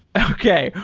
okay.